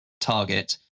target